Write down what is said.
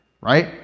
right